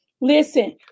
Listen